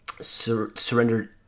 surrendered